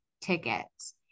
tickets